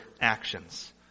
actions